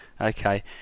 Okay